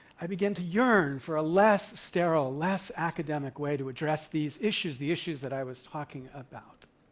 i began to yearn for a less sterile, less academic way to address these issues, the issues that i was talking about.